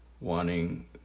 wanting